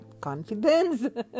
confidence